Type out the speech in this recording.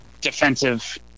defensive